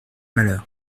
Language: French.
malheur